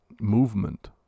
movement